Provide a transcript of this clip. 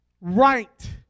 right